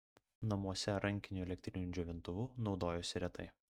namuose rankiniu elektriniu džiovintuvu naudojosi retai